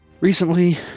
recently